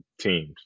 teams